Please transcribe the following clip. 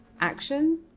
action